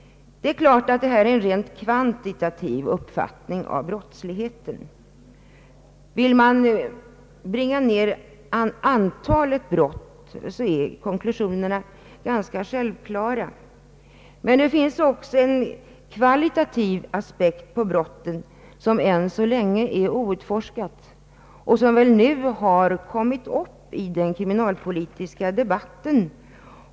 Det är klart att detta är en rent kvantitativ uppfattning av brottsligheten. Vill man bringa ned antalet brott är konklusionerna ganska självklara. Men det finns också en kvalitativ aspekt på brotten som ännu så länge är outforskad och som väl först nu har tagits upp i den kriminalpolitiska debatten.